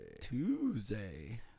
Tuesday